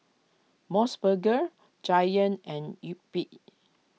Mos Burger Giant and Yupi